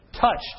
touched